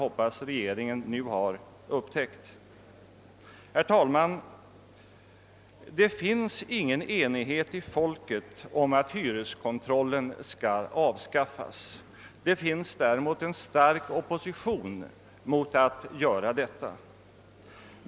Herr talman! Det finns ingen enighet bland folket om att hyreskontrollen skall avskaffas. Det finns däremot en stark opposition mot att göra detta.